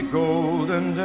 golden